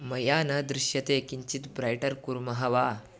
मया न दृश्यते किञ्चित् ब्रैटर् कुर्मः वा